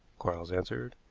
quarles answered.